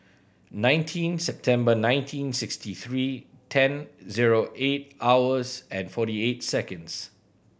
nineteen September nineteen sixty three ten zero eight hours and forty eight seconds